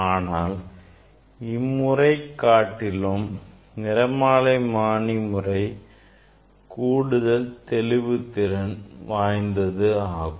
ஆனால் இந்த முறையை காட்டிலும் நிறமாலைமானி முறை கூடுதல் தெளிவுத்திறன் வாய்ந்ததாகும்